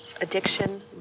Addiction